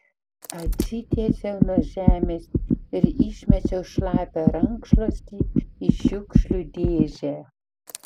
atsitiesiau nuo žemės ir išmečiau šlapią rankšluostį į šiukšlių dėžę